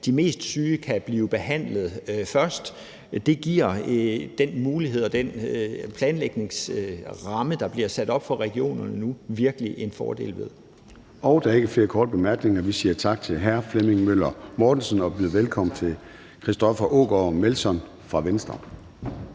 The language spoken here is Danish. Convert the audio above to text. de mest syge kan blive behandlet først. Der giver den mulighed og den planlægningsramme, der bliver sat op for regionerne nu, virkelig en fordel. Kl. 13:44 Formanden (Søren Gade): Der er ikke flere korte bemærkninger, og så siger vi tak til hr. Flemming Møller Mortensen og byder velkommen til hr. Christoffer Aagaard Melson fra Venstre.